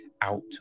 out